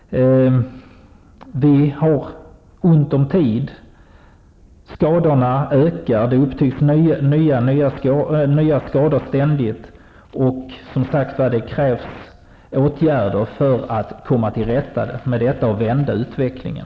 Vi har ont om tid. Skadorna ökar och det upptäcks ständigt nya skador. Det krävs åtgärder för att komma till rätta med detta och vända utvecklingen.